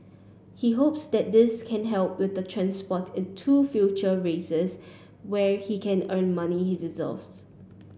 he hopes that this can help with the transport in to future races where he can earn money he deserves